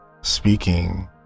speaking